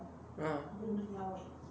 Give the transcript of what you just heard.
uh